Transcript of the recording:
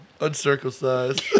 Uncircumcised